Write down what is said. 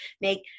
make